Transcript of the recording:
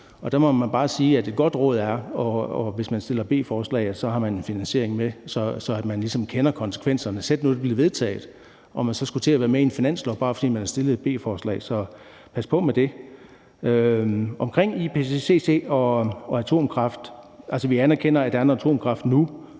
Og der må man bare sige, at et godt råd er, at hvis man fremsætter beslutningsforslag, har man en finansiering med, så man ligesom kender konsekvenserne. Sæt nu, det blev vedtaget, og man så skulle til at være med i en finanslov, bare fordi man har fremsat et beslutningsforslag. Så pas på med det. Omkring IPCC og atomkraft anerkender vi, at der nu eksisterer